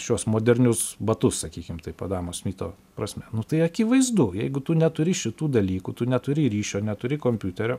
šiuos modernius batus sakykim taip adamo smito prasme tai akivaizdu jeigu tu neturi šitų dalykų tu neturi ryšio neturi kompiuterio